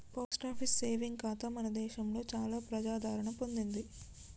post office saving ఖాతా మన దేశంలో చాలా ప్రజాదరణ పొందింది